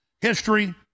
History